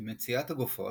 עם מציאת הגופות,